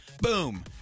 boom